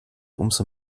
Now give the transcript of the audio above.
umso